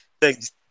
Thanks